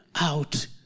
out